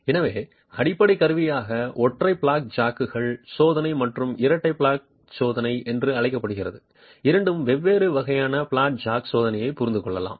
எனவே அடிப்படை கருவியாக ஒற்றை பிளாட் ஜாக் சோதனை மற்றும் இரட்டை பிளாட் ஜாக் சோதனை என்று அழைக்கப்படும் இரண்டு வெவ்வேறு வகையான பிளாட் ஜாக் சோதனையை புரிந்துகொள்வோம்